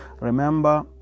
Remember